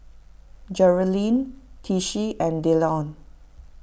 Jerilyn Tishie and Dillon